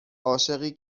عاشقی